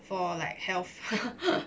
for like health